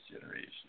generation